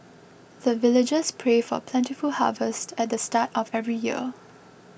the villagers pray for plentiful harvest at the start of every year